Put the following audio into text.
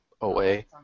away